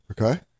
Okay